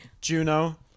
Juno